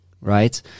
right